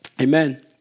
Amen